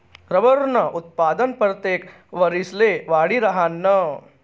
रबरनं उत्पादन परतेक वरिसले वाढी राहीनं